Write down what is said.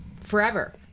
forever